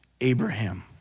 Abraham